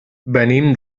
venim